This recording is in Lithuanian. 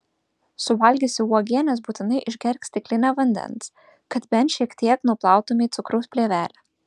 suvalgiusi uogienės būtinai išgerk stiklinę vandens kad bent šiek tiek nuplautumei cukraus plėvelę